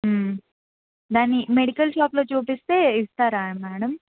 దాన్ని మెడికల్ షాప్లో చూపిస్తే ఇస్తారా మేడం